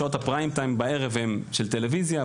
שעות הפריים טיים בערב הם של טלוויזיה.